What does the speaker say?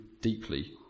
deeply